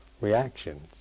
reactions